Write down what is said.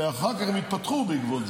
ואחר כך הם התפתחו בעקבות זה,